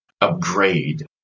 upgrade